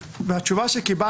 ואני אקריא את התשובות שקיבלתי.